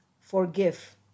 Forgive